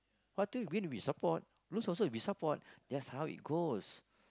how to win we support lose also we support that's how it goes